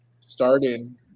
starting